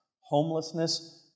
homelessness